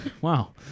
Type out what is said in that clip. Wow